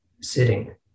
sitting